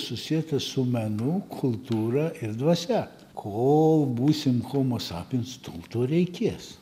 susietas su menu kultūra ir dvasia kol būsim homo sapiens tol to reikės